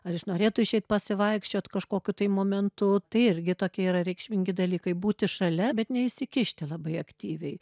ar jis norėtų išeit pasivaikščiot kažkokiu tai momentu tai irgi tokie yra reikšmingi dalykai būti šalia bet neįsikišti labai aktyviai